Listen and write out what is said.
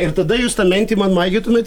ir tada jūs tą mentę man maigytumėt